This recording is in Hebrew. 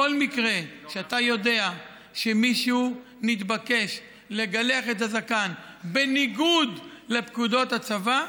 בכל מקרה שאתה יודע שמישהו מתבקש לגלח את הזקן בניגוד לפקודות הצבא,